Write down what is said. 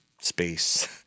space